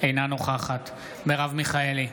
אינה נוכחת מרב מיכאלי,